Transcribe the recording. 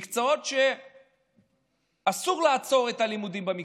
מקצועות שאסור לעצור את הלימודים בהם.